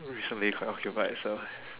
recently quite occupied so